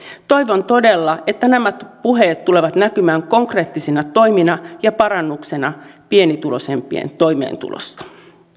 toivon todella että nämä puheet tulevat näkymään konkreettisina toimina ja parannuksena pienituloisimpien toimeentulossa